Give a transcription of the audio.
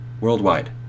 Worldwide